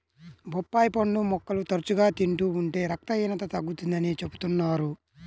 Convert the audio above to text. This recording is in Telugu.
బొప్పాయి పండు ముక్కలు తరచుగా తింటూ ఉంటే రక్తహీనత తగ్గుతుందని చెబుతున్నారు